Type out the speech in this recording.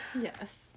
Yes